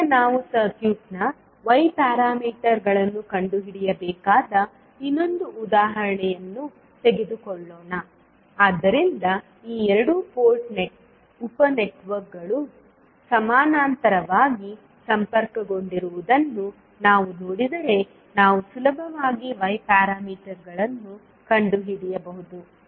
ಈಗ ನಾವು ಸರ್ಕ್ಯೂಟ್ನ y ಪ್ಯಾರಾಮೀಟರ್ಗಳನ್ನು ಕಂಡುಹಿಡಿಯಬೇಕಾದ ಇನ್ನೊಂದು ಉದಾಹರಣೆಯನ್ನು ತೆಗೆದುಕೊಳ್ಳೋಣ ಆದ್ದರಿಂದ ಈ ಎರಡು ಪೋರ್ಟ್ ಉಪ ನೆಟ್ವರ್ಕ್ಗಳು ಸಮಾನಾಂತರವಾಗಿ ಸಂಪರ್ಕಗೊಂಡಿರುವುದನ್ನು ನಾವು ನೋಡಿದರೆ ನಾವು ಸುಲಭವಾಗಿ y ಪ್ಯಾರಾಮೀಟರ್ಗಳನ್ನು ಕಂಡುಹಿಡಿಯಬಹುದು